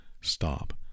stop